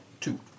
Two